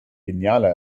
genialer